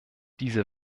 diese